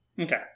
Okay